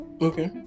Okay